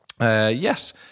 Yes